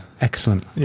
Excellent